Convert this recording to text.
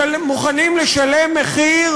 מוכנים לשלם מחיר,